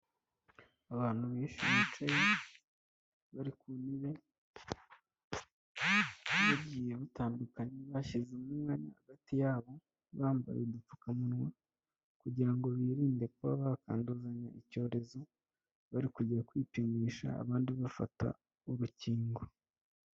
Abantu benshi bicaye bari ku ntebe bagiye batandukanye bashyize umwanya hagati yabo, bambaye udupfukamunwa kugira ngo birinde kuba bakanduzanya icyorezo, bari kujya kwipimisha abandi bafata urukingo.